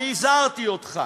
אני הזהרתי אותך